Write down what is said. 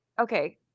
Okay